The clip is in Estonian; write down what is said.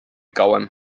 kauem